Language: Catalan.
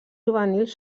juvenils